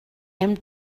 hem